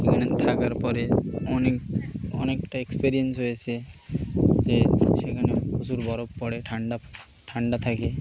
সেখানে থাকার পরে অনেক অনেকটা এক্সপিরিয়েন্স হয়েছে যে সেখানে পশুর বরফ পড়ে ঠান্ডা ঠান্ডা থাকে